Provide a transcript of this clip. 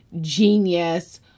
genius